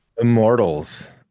immortals